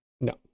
No